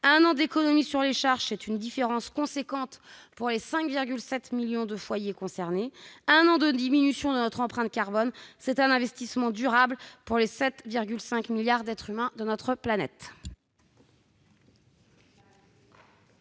Un an d'économie sur les charges, c'est une différence considérable pour les 5,7 millions de foyers concernés. Un an de diminution de notre empreinte carbone, c'est un investissement durable pour les 7,5 milliards d'êtres humains qui peuplent notre planète.